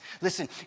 Listen